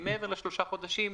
כי מעבר לשלושה חודשים,